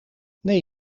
nee